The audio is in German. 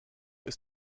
ist